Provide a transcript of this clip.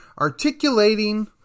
articulating